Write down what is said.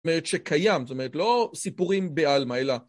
זאת אומרת, שקיים, זאת אומרת, לא סיפורים בעלמה, אלא...